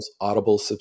Audible